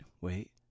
wait